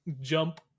jump